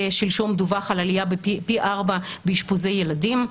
שלשום דווח על עלייה פי ארבע באשפוזי ילדים.